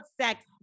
sex